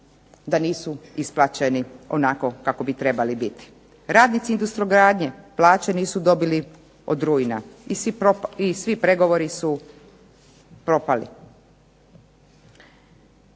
da nisu isplaćeni onako kako bi trebali biti. Radnici "Industrogradnje" plaće nisu dobili od rujna i svi pregovori su propali.